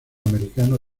americano